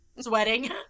Sweating